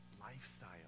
Lifestyle